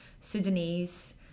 Sudanese